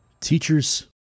Teachers